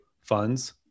funds